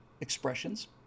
expressions